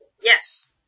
Yes